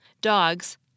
Dogs